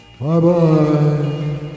Bye-bye